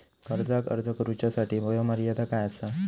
कर्जाक अर्ज करुच्यासाठी वयोमर्यादा काय आसा?